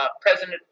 President